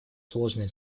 сложные